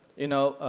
you know,